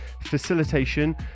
facilitation